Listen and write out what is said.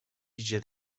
idzie